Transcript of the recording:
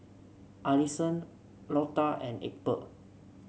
Allisson Lota and Egbert